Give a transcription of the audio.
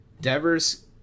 Devers